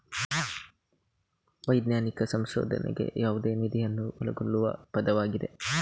ವೈಜ್ಞಾನಿಕ ಸಂಶೋಧನೆಗೆ ಯಾವುದೇ ನಿಧಿಯನ್ನು ಒಳಗೊಳ್ಳುವ ಪದವಾಗಿದೆ